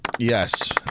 Yes